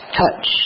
touch